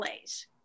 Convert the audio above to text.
plays